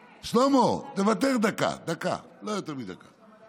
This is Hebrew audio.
שלמה, תוותר דקה, דקה, לא יותר מדקה.